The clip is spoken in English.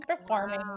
performing